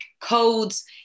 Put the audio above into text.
codes